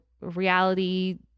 reality